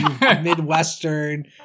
Midwestern